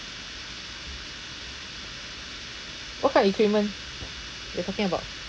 what kind of equipment you're talking about